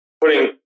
putting